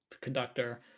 conductor